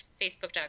facebook.com